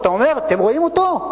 ואתה אומר: אתם רואים אותו?